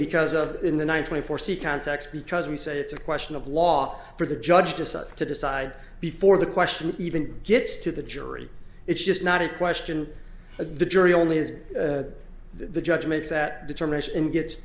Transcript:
because of that in the nine twenty four c context because we say it's a question of law for the judge decides to decide before the question even gets to the jury it's just not a question of the jury only as the judge makes that determination and gets